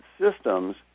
systems